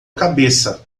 cabeça